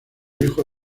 hijo